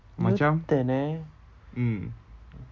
amacam mm